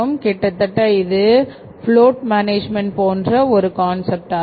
கிட்டத்தட்ட இது float management போன்ற ஒரு கான்செப்ட் ஆகும்